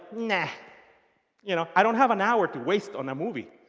yeah you know i don't have an hour to waste on a movie.